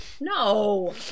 no